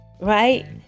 right